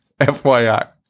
FYI